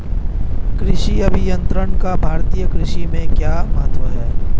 कृषि अभियंत्रण का भारतीय कृषि में क्या महत्व है?